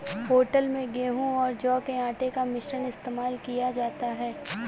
hotel में गेहूं और जौ के आटे का मिश्रण इस्तेमाल किया जाता है